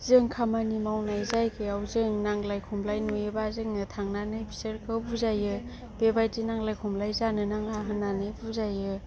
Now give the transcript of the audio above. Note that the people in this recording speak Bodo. जों खामानि मावनाय जायगायाव जों नांज्लाय खमलाय नुयोबा जोङो थांनानै बिसोरखौ बुजायो बेबायदि नांज्लाय खमलाय जानो नाङा होन्नानै बुजायो